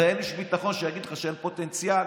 הרי אין איש ביטחון שיגיד לך שאין פוטנציאל